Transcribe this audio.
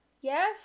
Yes